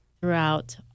throughout